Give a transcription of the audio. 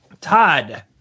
Todd